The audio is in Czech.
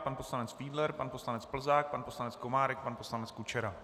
Pan poslanec Fiedler, pan poslanec Plzák, pan poslanec Komárek, pan poslanec Kučera.